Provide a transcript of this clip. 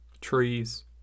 trees